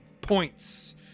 points